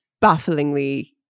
bafflingly